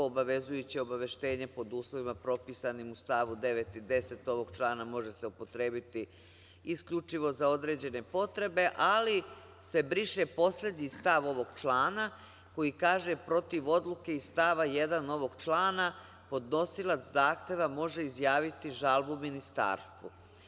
Obavezujuće obaveštenje pod uslovima propisanim u stavu 9. i 10. ovog člana može se upotrebiti isključivo za određene potrebe, ali se briše poslednji stav ovog člana koji kaže - protiv odluke iz stava 1. ovog člana, podnosilac zahteva može izjaviti žalbu ministarstvu.